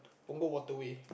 Punggol Waterway